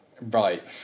Right